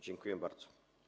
Dziękuję bardzo.